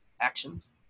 actions